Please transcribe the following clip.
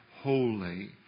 holy